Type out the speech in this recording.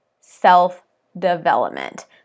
self-development